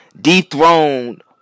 dethroned